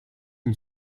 une